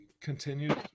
continued